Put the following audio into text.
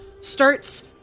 starts